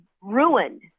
ruined